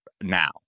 now